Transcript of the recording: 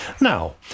Now